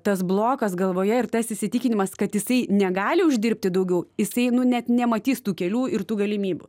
tas blokas galvoje ir tas įsitikinimas kad jisai negali uždirbti daugiau jisai nu net nematys tų kelių ir tų galimybių